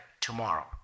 tomorrow